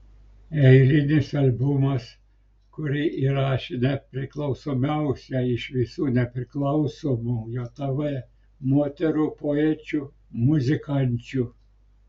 eilinis albumas kurį įrašė nepriklausomiausia iš visų nepriklausomų jav moterų poečių muzikančių